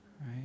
right